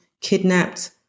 kidnapped